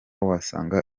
wasanga